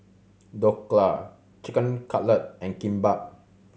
Dhokla Chicken Cutlet and Kimbap